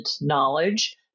knowledge